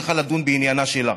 צריכה לדון בעניינה שלה.